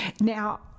Now